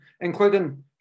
including